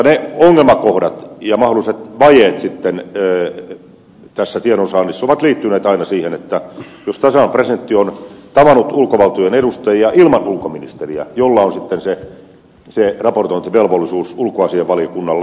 ne ongelmakohdat ja mahdolliset vajeet tiedonsaannissa ovat liittyneet aina siihen että tasavallan presidentti on tavannut ulkovaltojen edustajia ilman ulkoministeriä jolla sitten on se raportointivelvollisuus ulkoasiainvaliokunnalle